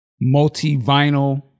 multi-vinyl